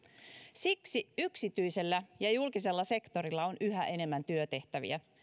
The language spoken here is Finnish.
siksi yksityisellä ja ja julkisella sektorilla on yhä enemmän työtehtäviä